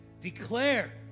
Declare